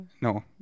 no